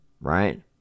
right